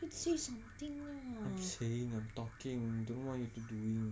I'm saying I'm talking don't know what you doing